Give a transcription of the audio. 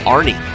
Arnie